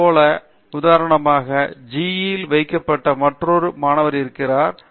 அதுபோல உதாரணமாக G E இல் வைக்கப்பட்ட மற்றொரு மாணவர் இருக்கிறார்